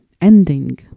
ending